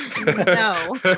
No